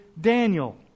Daniel